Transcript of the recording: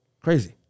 Crazy